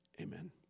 Amen